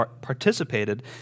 participated